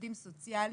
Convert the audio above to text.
עובדים סוציאליים,